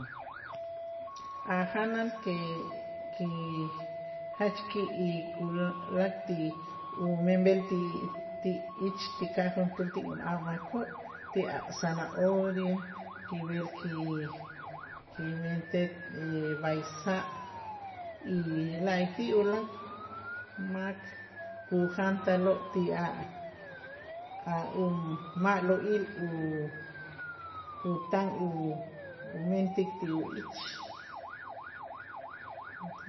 A' janal que ki jach ki' y kul la' ti umenb'el ti ti ich ti kaj juntuul ti ajmakoo' ti a' zanahoria kib'el ki- kimentej b'ay sa' y la'ayti' ulaak' mak kujantaloo' ti a' a' uma'lo'il u- utan umentik ti uyich.